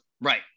Right